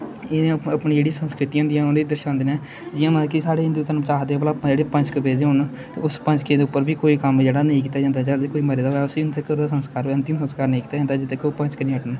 एह् अपनी अपनी जेह्ड़ी संस्कृतियां होंदियां उ'नें गी दर्शांदे न जियां मतलब कि साढ़े हिंदू धरम च आखदे भला जेह्ड़े पंजक पेदे होन ते उस पंजके दे उप्पर बी कोई कम्म जेह्ड़ा नेईं कीता जंदा जद कोई मरे दा होऐ उस्सी उं'दे घरै दा संस्कार होऐ अंतिम संस्कार नेईं कीता जंदा जिन्नै तक ओह् पंजक नेईं हटन